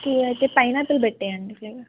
మ్మ్ అయితే పైనాపిల్ పెట్టేయండి ఫ్లేవర్